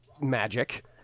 magic